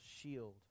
shield